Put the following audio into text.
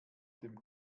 dem